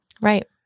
Right